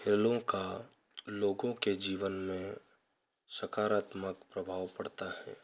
खेलों का लोगों के जीवन में सकारात्मक प्रभाव पड़ता है